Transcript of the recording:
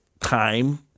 time